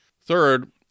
Third